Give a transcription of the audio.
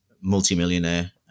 multimillionaire